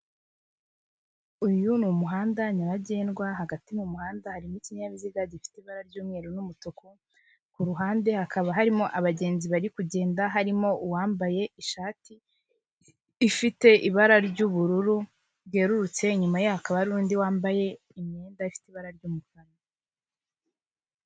Uyu ni umuhanda nyabagendwa hagati mu muhanda harimo ikinyabiziga gifite ibara ry'umweru n'umutuku, ku ruhande hakaba harimo abagenzi bari kugenda harimo uwambaye ishati ifite ibara ry'ubururu bwerurutse, inyuma ye hakaba hari undi wambaye imyenda ifite ibara ry'umukara.